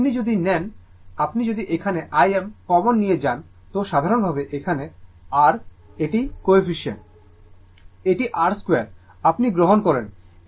আপনি যদি নেন আপনি যদি এখানে Im কমন নিয়ে যান তো সাধারণভাবে এখানে R এটি কোইফিসিয়েন্ট এটি R2 আপনি গ্রহণ করেন এবং এখানে এটি ω L 2